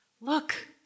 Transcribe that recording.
Look